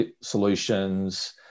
solutions